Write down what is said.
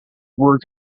work